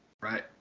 Right